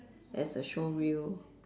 as a showreel